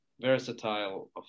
versatile